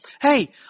Hey